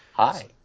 hi